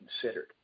considered